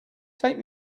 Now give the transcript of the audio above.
take